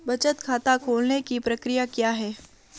बचत खाता खोलने की प्रक्रिया क्या है?